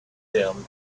him